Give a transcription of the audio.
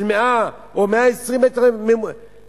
של 100 או 120 מטר מרובע,